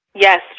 Yes